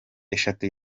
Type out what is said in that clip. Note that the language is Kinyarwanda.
eshatu